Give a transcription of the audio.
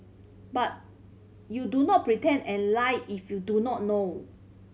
but you do not pretend and lie if you do not know